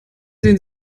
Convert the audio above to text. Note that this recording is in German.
sehen